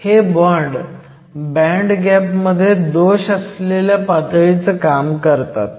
हे bond band gap मध्ये दोष असलेल्या पातळीचं काम करतात